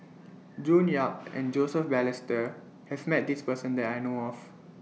June Yap and Joseph Balestier has Met This Person that I know of